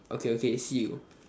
okay okay see you